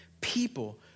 people